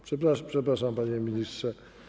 Przepraszam, panie ministrze.